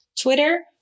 Twitter